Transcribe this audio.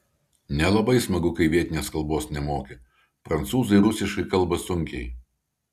nelabai smagu kai vietinės kalbos nemoki prancūzai rusiškai kalba sunkiai